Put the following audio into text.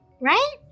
right